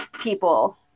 people